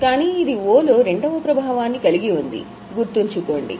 కానీ ఇది O లో రెండవ ప్రభావాన్ని కలిగి ఉంది గుర్తుంచుకోండి